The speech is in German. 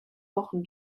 wochen